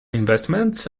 investments